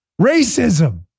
racism